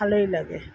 ভালোই লাগে